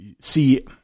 see